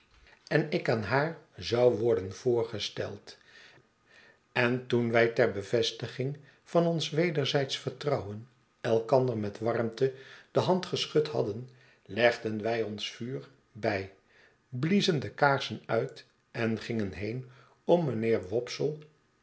en ik aan haar zou word en voorgesteld en teen wij ter bevestiging van ons wederzijdsch vertrouwen elkandermetwarmte de hand geschud hadden legden wij ons vuur by bliezen de kaarsen uit en gingen heen om mynheer